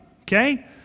Okay